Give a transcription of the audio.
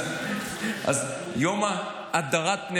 אז יום "הֲדָרַת פני